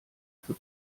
für